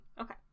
Okay